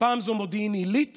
פעם זה מודיעין עילית